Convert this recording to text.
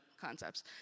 concepts